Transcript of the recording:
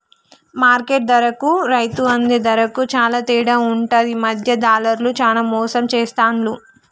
market ధరకు రైతు అందే ధరకు చాల తేడా ఉంటది మధ్య దళార్లు చానా మోసం చేస్తాండ్లు